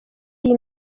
iyi